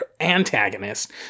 antagonist